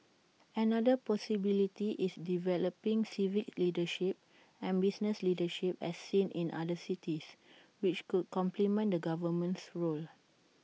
another possibility is developing civic leadership and business leadership as seen in other cities which could complement the government's role